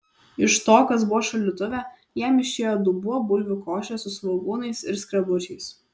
iš to kas buvo šaldytuve jam išėjo dubuo bulvių košės su svogūnais ir skrebučiais